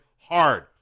hard